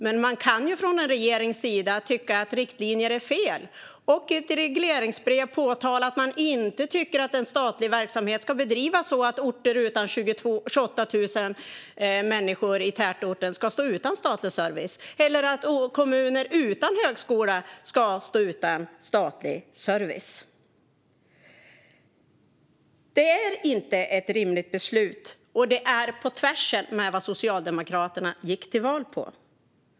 Men man kan ju från en regerings sida tycka att riktlinjer är fel och i ett regleringsbrev påtala att man inte tycker att en statlig verksamhet ska bedrivas så att orter utan 28 000 människor i tätorten ska stå utan statlig service eller att kommuner utan högskola ska göra det. Detta är inte ett rimligt beslut, och det går på tvärs mot vad Socialdemokraterna gick till val på.